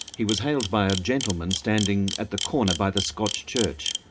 he was hailed by a gentleman standing at the corner by the scotch church.